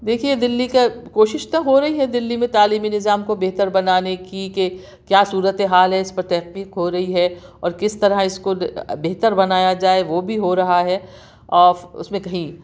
دیکھئے دلّی کا کوشش تو ہو رہی ہے دلّی میں تعلیمی نظام کو بہتر بنانے کی کہ کیا صورتِ حال ہے اس پر تحقیق ہو رہی ہے اور کس طرح اس کو بہتر بنایا جائے وہ بھی ہو رہا ہے آف اس میں کہیں